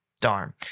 Darn